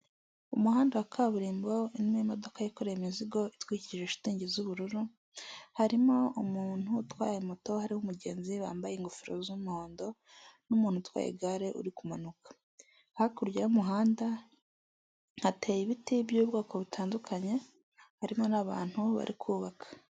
Umuhanda wa kaburimbo urimo imodoka yikoreye imizigo, itwikirije shitingi z'ubururu, harimo umuntu utwaye moto, hariho umugenzi wambaye ingofero z'umuhondo n'umuntu utwaye igare uri kumanuka. Hakurya y'umuhanda hateye ibiti by'ubwoko butandukanye, harimo n'abantu bari kubaka.